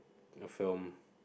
a film